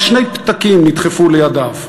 אבל שני פתקים נדחפו לידיו.